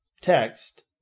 text